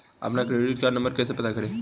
अपना credit card number कैसे पता करें?